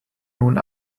nun